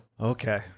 Okay